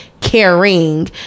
caring